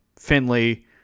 Finley